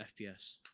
FPS